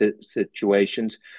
situations